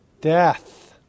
Death